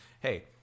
hey